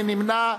מי נמנע?